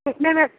कितने में